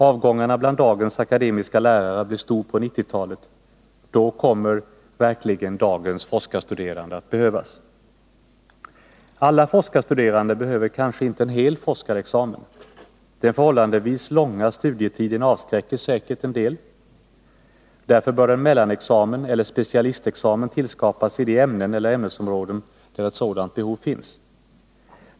Avgångarna bland dagens akademiska lärare blir stora på 1990-talet. Då kommer verkligen dagens forskarstuderande att behövas. Alla forskarstuderande behöver kanske inte en hel forskarexamen. Den förhållandevis långa studietiden avskräcker säkert en del. Därför bör en mellanexamen eller specialistexamen tillskapas inom de ämnen eller ämnesområden där ett sådant behov finns.